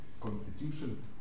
constitution